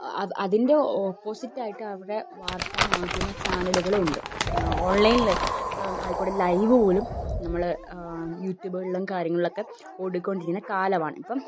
അതിൻ്റെ ഓപ്പോസിറ്റ് ആയിട്ട് അവരുടെ വാർത്താ മാധ്യമ ചാനലുകളുമുണ്ട് ഓൺലൈനിൽ ആയിക്കോട്ടെ ലൈവ് പോലും നമ്മൾ യൂട്യൂബുകളും കാര്യങ്ങളിലൊക്കെ ഓടിക്കൊണ്ടിരിക്കുന്ന കാലമാണ് ഇപ്പം